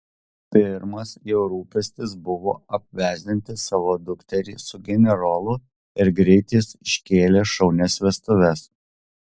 pirmas jo rūpestis buvo apvesdinti savo dukterį su generolu ir greit jis iškėlė šaunias vestuves